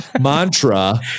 mantra